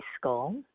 school